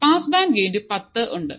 pass band gain പത്തു ഉണ്ട്